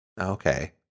Okay